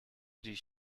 die